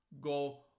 go